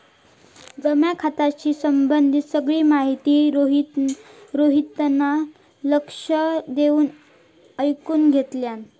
जमा खात्याशी संबंधित सगळी माहिती रोहितान लक्ष देऊन ऐकुन घेतल्यान